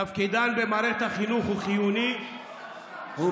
תפקידן במערכת החינוך הוא חיוני והוא